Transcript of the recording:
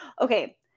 Okay